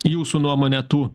jūsų nuomone tų